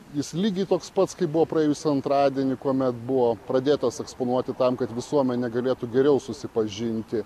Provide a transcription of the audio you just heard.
jis lygiai toks pats kaip buvo praėjusį antradienį kuomet buvo pradėtas eksponuoti tam kad visuomenė galėtų geriau susipažinti